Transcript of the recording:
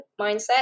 mindset